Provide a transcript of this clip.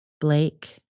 Blake